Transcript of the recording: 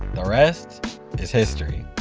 the rest is history